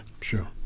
sure